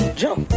jump